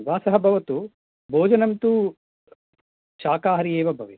वासः भवतु भोजनं तु शाकाहारी एव भवेत्